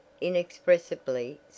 inexpressibly